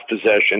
possession